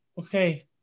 okay